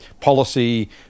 policy